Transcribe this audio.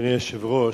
אדוני היושב-ראש,